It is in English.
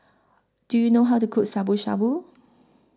Do YOU know How to Cook Shabu Shabu